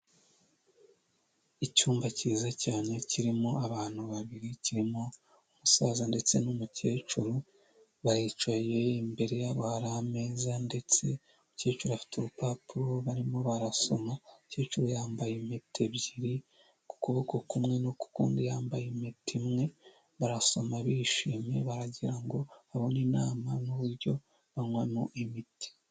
Icyumba cyiza cyane kirimo abantu babiri kirimo umusaza ndetse n'umukecuru baricaye imbere haba hari ameza ndetse umukecuru afite urupapuro barimo barasoma, umukecuru yambaye impeta ebyiri kuboko kumwe no ku kundi yambaye impeta imwe barasoma bishimye baragira ngo abone inama n'uburyo banywamo imiti.